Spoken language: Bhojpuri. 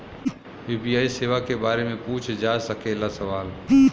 यू.पी.आई सेवा के बारे में पूछ जा सकेला सवाल?